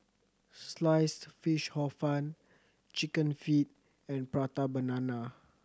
Sliced Fish Hor Fun Chicken Feet and Prata Banana